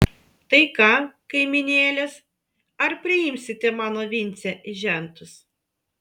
tai ką kaimynėlės ar priimsite mano vincę į žentus